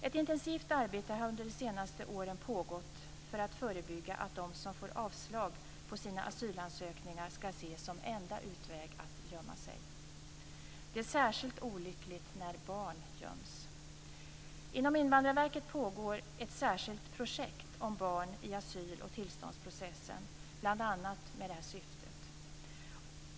Ett intensivt arbete har under de senaste åren pågått för att förebygga att de som får avslag på sina asylansökningar ska se som enda utväg att gömma sig; det är särskilt olyckligt när barn göms. Inom Invandrarverket pågår ett särskilt projekt om barn i asyl och tillståndsprocessen, bl.a. med det här syftet.